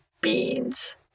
beans